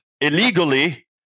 illegally